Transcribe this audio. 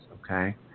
okay